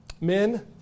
Men